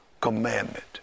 commandment